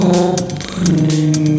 opening